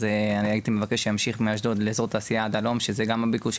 אז אני הייתי מבקש שימשיך מאשדוד לאזור תעשיה עד הלום שזה גם הביקוש,